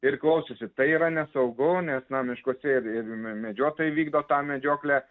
ir klausosi tai yra nesaugu nes na miškuose ir ir me medžiotojai vykdo tą medžioklę